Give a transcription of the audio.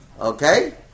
Okay